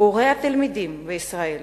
הורי התלמידים בישראל